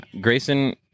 Grayson